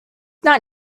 not